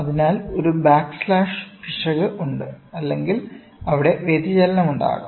അതിനാൽ ഒരു ബാക്ക്ലാഷ് പിശക് ഉണ്ട് അല്ലെങ്കിൽ അവിടെ വ്യതിചലനം ഉണ്ടാകാം